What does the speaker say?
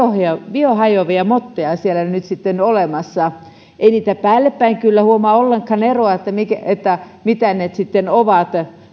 vaan jotakin biohajoavia motteja siellä nyt sitten on olemassa ei niistä päällepäin kyllä huomaa ollenkaan eroa tai sitä mitä ne sitten ovat